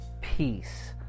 peace